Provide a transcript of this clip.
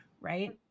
right